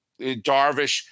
Darvish